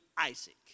Isaac